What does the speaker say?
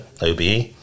obe